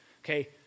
Okay